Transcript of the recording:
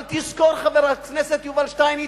אבל תזכור, חבר הכנסת יובל שטייניץ,